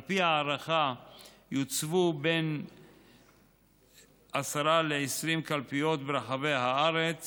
על פי ההערכה יוצבו בין עשרה ל-20 קלפיות ברחבי הארץ